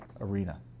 arena